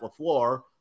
LaFleur